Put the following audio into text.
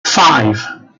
five